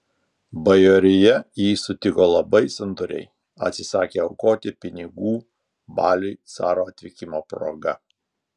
bajorija jį sutiko labai santūriai atsisakė aukoti pinigų baliui caro atvykimo proga